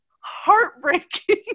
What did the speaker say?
heartbreaking